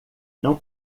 não